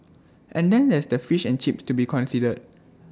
and then there's the fish and chips to be considered